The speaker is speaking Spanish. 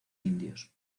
indios